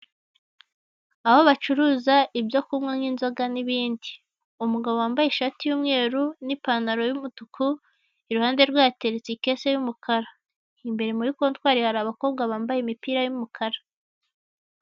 Aho bacuruza ibyo kunywa nk'inzoga n'ibindi, umugabo wambaye ishati y'umweru n'ipantaro y'umutuku, iruhande rwe hateretse ikesi y'umukara, imbere muri kotwari hari abakobwa bambaye imipira y'umukara.